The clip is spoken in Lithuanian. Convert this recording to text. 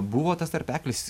buvo tas tarpeklis